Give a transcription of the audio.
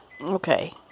Okay